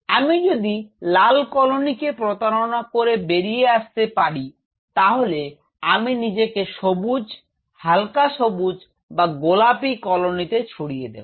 আমি যদি লাল কলোনিকে প্রতারণা করে বেরিয়ে আসতে পারি তাহলে আমি নিজেকে সবুজ হাল্কা সবুজ বা গোলাপি কলোনিতে ছড়িয়ে দেব